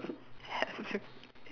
hair flip